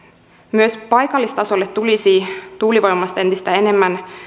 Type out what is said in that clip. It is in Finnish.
myös paikallistasolle tulisi tuulivoimasta entistä enemmän